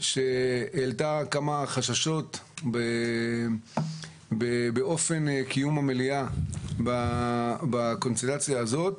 העלתה כמה חששות באופן קיום המליאה בקונסטלציה הזאת.